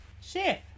Chef